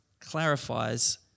clarifies